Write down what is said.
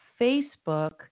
Facebook